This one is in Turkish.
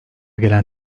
gelen